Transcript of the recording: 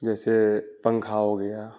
جیسے پنکھا ہو گیا